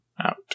out